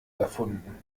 erfunden